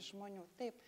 žmonių taip